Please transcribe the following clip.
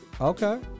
Okay